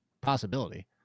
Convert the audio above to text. possibility